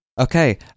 Okay